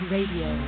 Radio